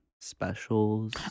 specials